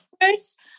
first